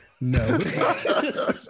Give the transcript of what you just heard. No